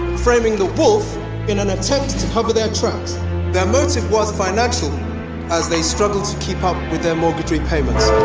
framing the wolf in an attempt to cover their tracks. i their motive was financial as they struggled to keep up with their mortgage repayments.